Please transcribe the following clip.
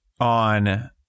on